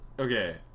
Okay